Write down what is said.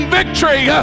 victory